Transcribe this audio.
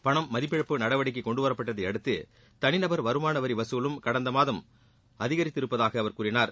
பணம் மதிப்பிழப்பு நடவடிக்கை கொண்டு வரப்பட்டதையடுத்து தனி நபர் வருமான வரி வசூலும் கடந்த மாதம் வரை அதிகரித்து இருப்பதாக அவர் கூறினார்